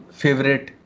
favorite